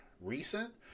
recent